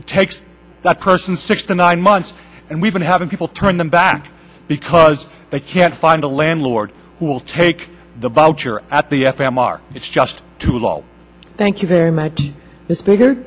it takes that person six to nine months and we've been having people turn them back because they can't find a landlord who will take the vulture at the f m r it's just too low thank you very much this bigger